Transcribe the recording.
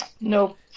nope